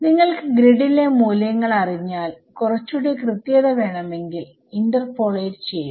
നിങ്ങൾക്ക് ഗ്രിഡ് ലെ മൂല്യങ്ങൾ അറിഞ്ഞാൽ കുറച്ചൂടെ കൃത്യത വേണമെങ്കിൽ ഇന്റർപോളേറ്റ് ചെയ്യുക